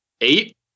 Eight